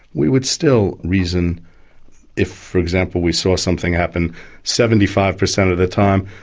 we would still reason if, for example, we saw something happen seventy five percent of the time,